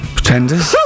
Pretenders